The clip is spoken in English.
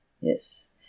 Yes